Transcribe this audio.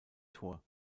tor